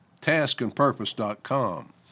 taskandpurpose.com